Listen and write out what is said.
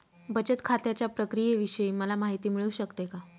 बचत खात्याच्या प्रक्रियेविषयी मला माहिती मिळू शकते का?